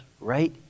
right